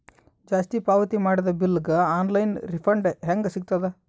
ಜಾಸ್ತಿ ಪಾವತಿ ಮಾಡಿದ ಬಿಲ್ ಗ ಆನ್ ಲೈನ್ ರಿಫಂಡ ಹೇಂಗ ಸಿಗತದ?